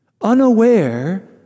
unaware